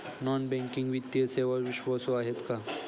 Non banking वित्तीय सेवा विश्वासू आहेत का?